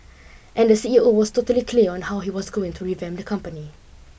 and the C E O was totally clear on how he was going to revamp the company